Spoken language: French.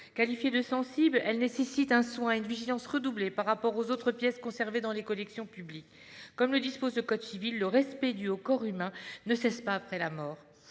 Qualifiées de sensibles, elles nécessitent un soin et une vigilance redoublés par rapport aux autres pièces conservées dans les collections publiques. Comme le dispose le code civil, « le respect dû au corps humain ne cesse pas avec la mort